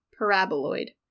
paraboloid